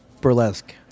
Burlesque